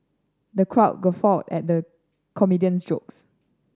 the crowd guffawed at the comedian's jokes